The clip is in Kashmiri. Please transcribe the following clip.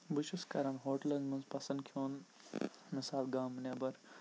بہٕ چھُس کَران ہوٹلَن منٛز پَسنٛد کھیوٚن مِثال گامہٕ نٮ۪بَر